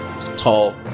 tall